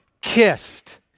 kissed